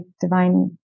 divine